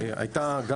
הייתה חוסר הסדרה,